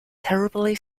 terribly